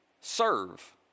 serve